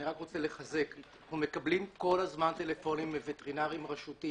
אני רק רוצה לחזק: אנחנו מקבלים כל הזמן טלפונים מווטרינרים רשותיים